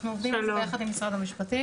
אנחנו עובדים על זה יחד עם משרד המשפטים,